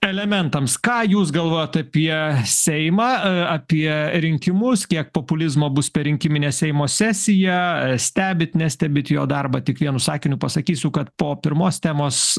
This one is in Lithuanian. elementams ką jūs galvojot apie seimą apie rinkimus kiek populizmo bus per rinkiminę seimo sesiją stebit nestebit jo darbą tik vienu sakiniu pasakysiu kad po pirmos temos